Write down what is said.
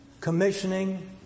commissioning